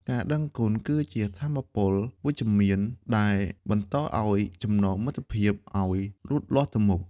ការដឹងគុណគឺជាថាមពលវិជ្ជមានដែលបន្តឱ្យចំណងមិត្តភាពឱ្យលូតលាស់ទៅមុខ។